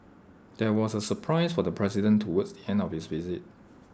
there was A surprise for the president towards the end of his visit